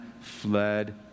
fled